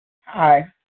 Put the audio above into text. Hi